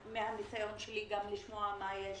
מהניסיון שלי, לשמוע גם מה יש